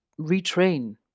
retrain